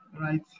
right